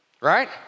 right